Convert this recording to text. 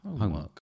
homework